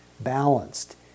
balanced